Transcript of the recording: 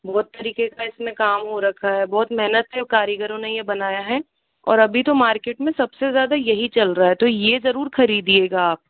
बहुत तरीके का इसमे काम हो रखा है बहुत मेहनत से कारीगरों ने यह बनाया है और अभी तो मार्केट सबसे ज़्यादा यही चल रहा है तो यह ज़रूर खरीदियेगा आप